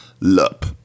lup